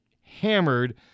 hammered